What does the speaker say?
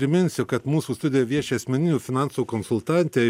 priminsiu kad mūsų studijoje vieši asmeninių finansų konsultantė